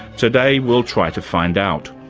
today we'll try to find out.